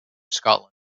scotland